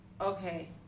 okay